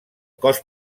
cos